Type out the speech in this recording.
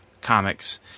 Comics